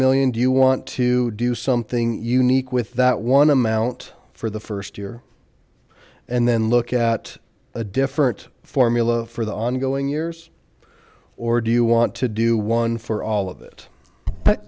million do you want to do something unique with that one amount for the first year and then look at a different formula for the ongoing years or do you want to do one for all of that but